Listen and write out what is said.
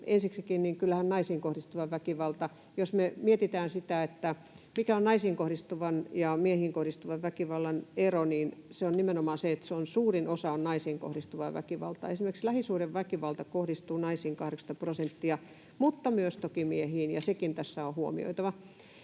ensiksikin, kyllähän naisiin kohdistuvan väkivallan suhteen, jos me mietimme sitä, mikä on naisiin kohdistuvan ja miehiin kohdistuvan väkivallan ero, se ero on nimenomaan se, että suurin osa on naisiin kohdistuvaa väkivaltaa. Esimerkiksi lähisuhdeväkivalta kohdistuu naisiin 80-prosenttisesti, mutta myös toki miehiin, ja sekin tässä on huomioitava.